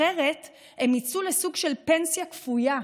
אחרת הם יצאו לסוג של פנסיה כפויה,